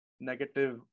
negative